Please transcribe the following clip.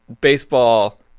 baseball –